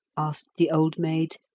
asked the old maid,